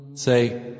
Say